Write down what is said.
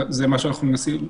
זה מה שאנחנו עושים,